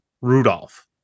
Rudolph